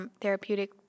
therapeutic